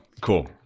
cool